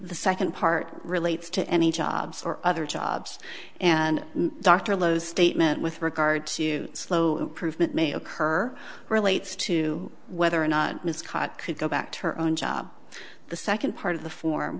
the second part relates to any jobs or other jobs and dr lowe's statement with regard to slow proof that may occur relates to whether or not ms caught could go back to her own job the second part of the form